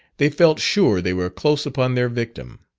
they felt sure they were close upon their victim.